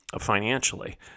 financially